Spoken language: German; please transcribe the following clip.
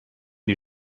die